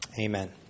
Amen